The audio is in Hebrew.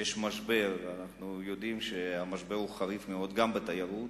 שיש בו משבר חריף מאוד גם בתיירות,